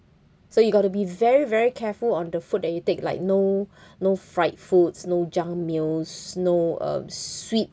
so you got to be very very careful on the food that you take like no no fried foods no junk meals no uh sweet